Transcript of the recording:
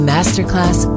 Masterclass